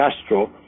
Castro